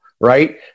Right